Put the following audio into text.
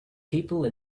people